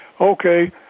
Okay